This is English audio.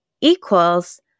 equals